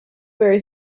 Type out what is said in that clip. very